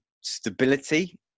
stability